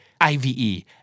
I-V-E